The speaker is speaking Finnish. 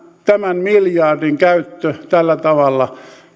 tämän miljardin käyttö tällä tavalla